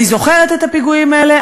אני זוכרת את הפיגועים האלה,